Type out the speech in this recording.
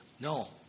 No